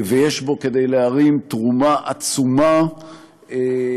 ויש בו כדי להרים תרומה עצומה גם